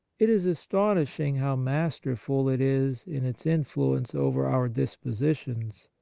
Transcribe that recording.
it is astonish ing how masterful it is in its influence over our dispositions,